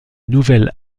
nouvel